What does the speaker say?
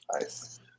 Nice